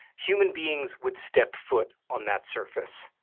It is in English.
human beings would step foot on that surface.